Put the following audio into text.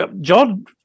John